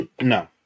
No